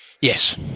Yes